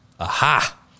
Aha